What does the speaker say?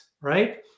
right